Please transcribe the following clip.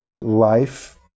life